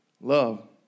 Love